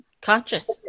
conscious